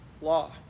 Law